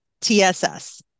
TSS